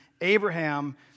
Abraham